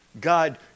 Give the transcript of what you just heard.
God